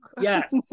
Yes